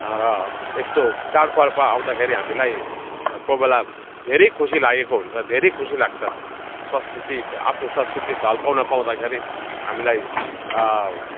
र यस्तो चाड पर्व आउँदाखेरि हामीलाई कोही बेला धेरै खुसी लागेको हुन्छ धेरै खुसी लाग्छ संस्कृति आफ्नो संस्कृति झल्काउन पाउँदाखेरि हामीलाई